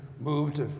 moved